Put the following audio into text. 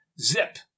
Zip